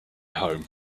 home